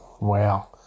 Wow